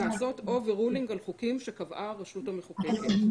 לעשות Overruling על חוקים שקבעה הרשות המחוקקת.